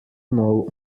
know